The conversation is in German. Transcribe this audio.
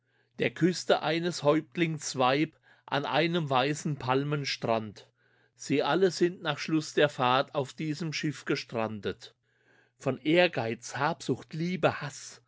der küßte eines häuptlings weib an einem weißen palmenstrand sie alle sind nach schluß der fahrt auf diesem schiff gestrandet von ehrgeiz habsucht liebe haß